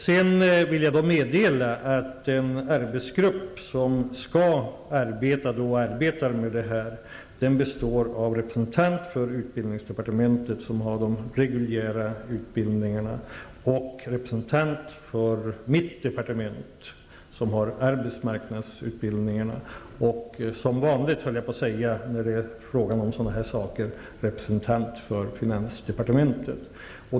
Sedan vill jag meddela att en arbetsgrupp som arbetar med detta består av en representant för utbildningsdepartementet som har de reguljära utbildningarna, en representant för mitt departement som har arbetsmarknadsutbildningarna och som vanligt när det är frågan om sådana här saker, en representant för finansdepartementet.